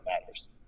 matters